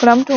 Kuna mtu